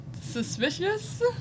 suspicious